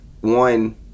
one